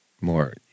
More